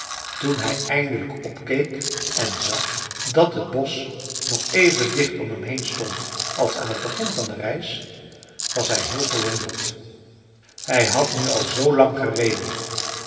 toen hij eindelijk opkeek en zag dat het bosch nog even dicht om hem heen stond als aan t begin van de reis was hij heel verwonderd hij had nu al zoo lang gereden